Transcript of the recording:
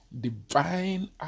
divine